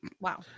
Wow